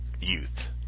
youth